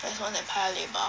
there's one at paya lebar